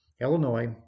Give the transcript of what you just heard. Illinois